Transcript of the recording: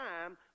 time